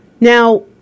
Now